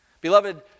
Beloved